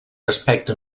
aspecte